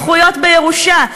זכויות בירושה,